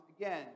again